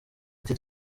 ati